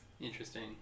Interesting